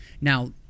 Now